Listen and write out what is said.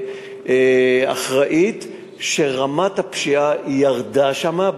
אחראית שרמת הפשיעה ירדה שם,